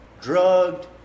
drugged